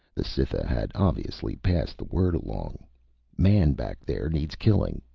the cytha had obviously passed the word along man back there needs killing.